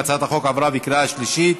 הצעת החוק עברה בקריאה שלישית,